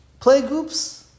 playgroups